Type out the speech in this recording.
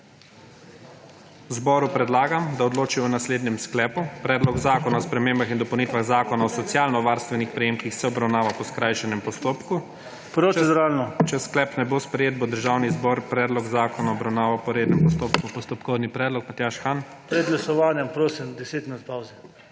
Zboru predlagam, da odloči o naslednjem sklepu: Predlog zakona o spremembah in dopolnitvah Zakona o socialno varstvenih prejemkih se obravnava po skrajšanem postopku. Če sklep ne bo sprejet, bo Državni zbor predlog zakona obravnaval po rednem postopku. Postopkovni predlog Matjaž Han. **MATJAŽ HAN (PS SD):** Pred glasovanjem prosim 10 minut pavze.